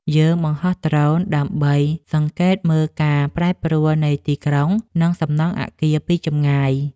យើងបង្ហោះដ្រូនដើម្បីសង្កេតមើលការប្រែប្រួលនៃទីក្រុង និងសំណង់អាគារពីចម្ងាយ។